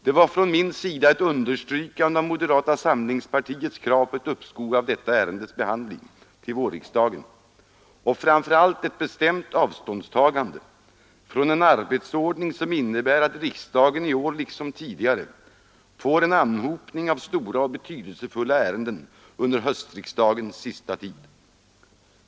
Det var från min sida ett understrykande av moderata samlingspartiets krav på ett uppskov med detta ärendes behandling till vårriksdagen och framför allt ett bestämt avståndstagande från en arbetsordning som innebär att riksdagen i år liksom tidigare får en anhopning av stora och betydelsefulla ärenden under höstriksdagens sista tid.